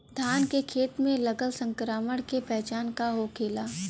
धान के खेत मे लगल संक्रमण के पहचान का होखेला?